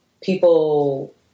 people